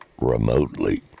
remotely